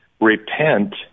repent